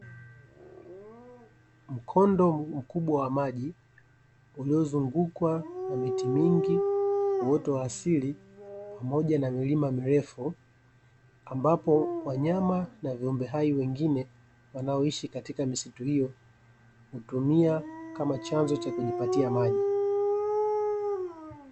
Mkondo mkubwa wa maji, uliozungukwa na miti mingi, uoto wa asili pamoja na milima mirefu ambapo wanyama na viumbe hai wengine wanaoishi katika misitu hiyo hutumia kama chanzo wa kujipatia maji.